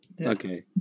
Okay